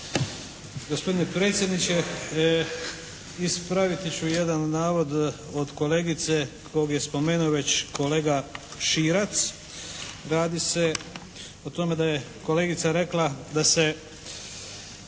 Gospodine predsjedniče, ispraviti ću jedan navod od kolegice kog je spomenuo već kolega Širac. Radi se o tome da je kolegica rekla da se